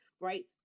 right